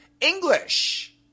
English